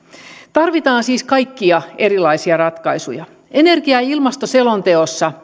tarvitaan siis kaikkia erilaisia ratkaisuja hallitus on energia ja ilmastoselonteossa